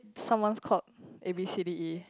someone is called A_B_C_D_E